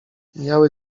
mijały